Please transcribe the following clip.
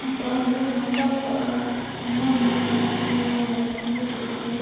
அப்புறம் வந்து சாம்பார் சாதம் அம்மா வந்து நல்லா செய்வாங்கள் ரொம்ப பிடிக்கும்